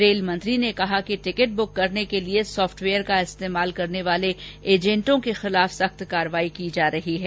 rail मंत्री ने कहा है कि टिकट बुक करने के लिए सॉफटवेयर का इस्तेमाल करने वाले एजेंटों के खिलाफ सख्त कार्रवाई की जा रही है